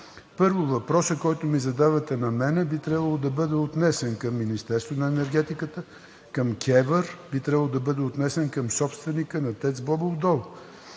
Първо, въпросът, който ми задавате, би трябвало да бъде отнесен към Министерството на енергетиката, към КЕВР, би трябвало да бъде отнесен към собственика на ТЕЦ „Бобов дол“.